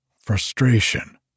frustration